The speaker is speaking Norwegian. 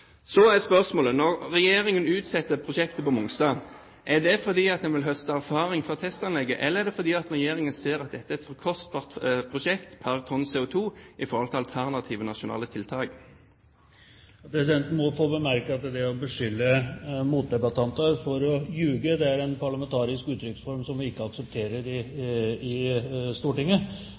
Så er spørsmålet: Når Regjeringen utsetter prosjektet på Mongstad, er det fordi man vil høste erfaring fra testanlegget, eller er det fordi Regjeringen ser at dette er et for kostbart prosjekt pr. tonn CO2 i forhold til alternative nasjonale tiltak? Presidenten må få bemerke at det å beskylde motdebattanter for å lyve, er en parlamentarisk uttrykksform som vi ikke aksepterer i Stortinget.